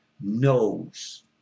knows